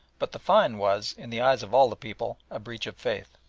but the fine was, in the eyes of all the people, a breach of faith.